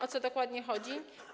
O co dokładnie chodzi?